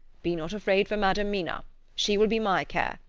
be not afraid for madam mina she will be my care,